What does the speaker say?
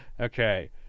okay